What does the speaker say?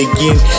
Again